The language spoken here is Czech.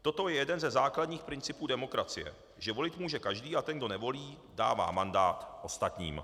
Toto je jeden ze základních principů demokracie, že volit může každý a ten, kdo nevolí, dává mandát ostatním.